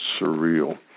surreal